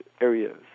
areas